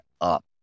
up